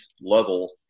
level